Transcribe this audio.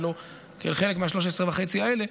ולא כחלק מ-13.5 מיליארד השקלים האלה.